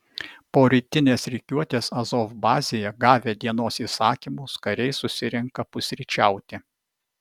po rytinės rikiuotės azov bazėje gavę dienos įsakymus kariai susirenka pusryčiauti